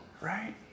Right